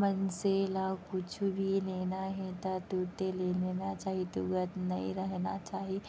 मनसे ल कुछु भी लेना हे ता तुरते ले लेना चाही तुगत नइ रहिना चाही